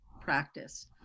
practice